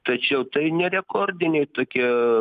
tačiau tai nerekordiniai tokie